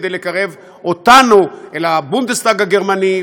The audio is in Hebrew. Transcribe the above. כדי לקרב אותנו אל הבונדסטג הגרמני,